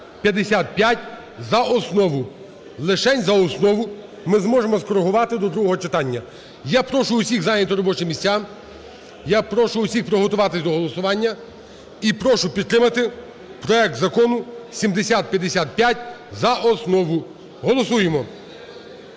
7055) за основу. Лишень за основу, ми зможемо скорегувати до другого читання. Я прошу всіх зайняти робочі місця. Я прошу всіх приготуватись до голосування. І прошу підтримати проект Закону 7055 за основу. Голосуємо.